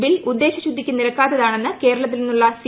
bill ഉദ്ദേശശുദ്ധിക്ക് നിരക്കാത്തതാണെന്ന് കേരളത്തിൽ നിന്നുള്ള സി